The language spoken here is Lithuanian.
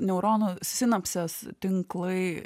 neuronų sinapses tinklai